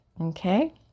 Okay